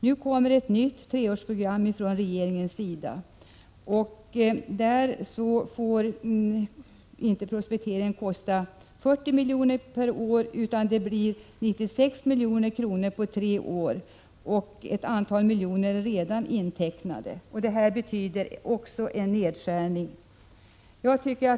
Nu kommer ett nytt treårsprogram från regeringens sida. Enligt det får prospekteringen inte kosta 40 milj.kr. per år utan 96 milj.kr. på tre år, och ett antal miljoner är redan intecknade. Detta betyder också en nedskärning.